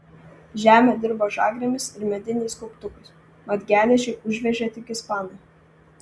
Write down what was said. žemę dirbo žagrėmis ir mediniais kauptukais mat geležį užvežė tik ispanai